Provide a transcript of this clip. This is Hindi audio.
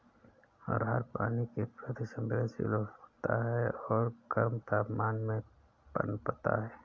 अरहर पानी के प्रति संवेदनशील होता है और गर्म तापमान में पनपता है